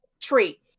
tree